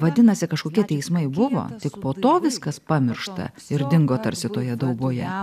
vadinasi kažkokie teismai buvo tik po to viskas pamiršta ir dingo tarsi toje dauboje